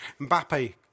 Mbappe